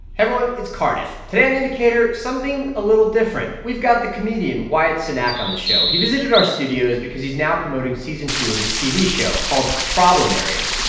everyone. it's cardiff. today on the indicator, something a little different. we've got the comedian wyatt cenac on the show. he visited our studios because he's now promoting season two of his tv show called problem areas,